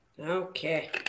Okay